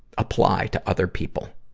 apply to other people.